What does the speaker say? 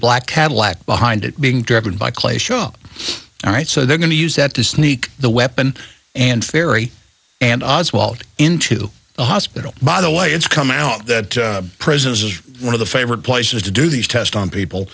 black cadillac behind it being directed by clay show all right so they're going to use that to sneak the weapon and ferrie and oswald into the hospital by the way it's come out that presence is one of the favorite places to do these test on people